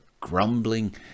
grumbling